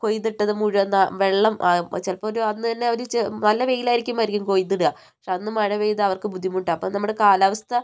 കൊയിതിട്ടത് മുഴുവൻ വെള്ളം ആ ചിലപ്പം ഒരു അന്ന് തന്നെ അവർ ചെ നല്ല വെയിലായിരിക്കുമ്പയിരിക്കും കൊയിതിടുക പക്ഷെ അന്ന് മഴ പെയ്താൽ അവർക്ക് ബുദ്ധിമുട്ടാണ് അപ്പം നമ്മുടെ കാലാവസ്ഥ